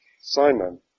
Simon